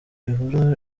ibura